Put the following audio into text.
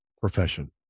profession